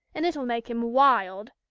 and it'll make him wild.